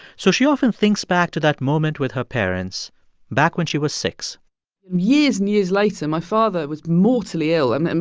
so she often thinks back to that moment with her parents back when she was six point years and years later, my father was mortally ill. and and